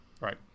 right